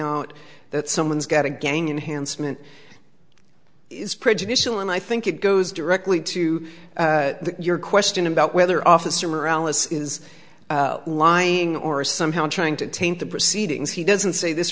out that someone's got a gang enhanced meant is prejudicial and i think it goes directly to your question about whether officer morality is lying or somehow in trying to taint the proceedings he doesn't say this